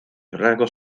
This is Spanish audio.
rasgos